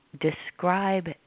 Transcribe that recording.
describe